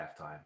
halftime